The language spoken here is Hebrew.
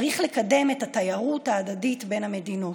צריך לקדם את התיירות ההדדית בין המדינות.